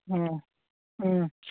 ହଁ ହୁଁ